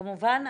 כמובן,